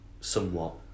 Somewhat